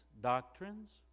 doctrines